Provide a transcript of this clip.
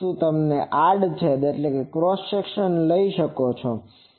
જો તમે આડછેદ લો તો અહી તે જ ક્ષેત્ર છે